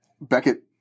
Beckett